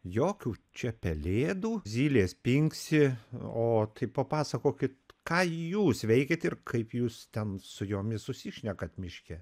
jokių čia pelėdų zylės pingsi o tai papasakokit ką jūs veikiat ir kaip jūs ten su jomis susišnekat miške